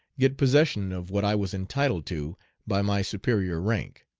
get possession of what i was entitled to by my superior rank.